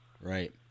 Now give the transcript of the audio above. Right